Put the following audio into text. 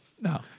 No